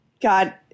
god